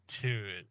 Dude